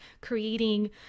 creating